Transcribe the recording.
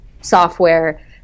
software